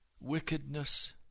wickedness